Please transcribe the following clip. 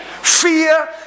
Fear